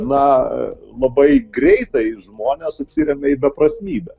na labai greitai žmonės atsiremia į beprasmybę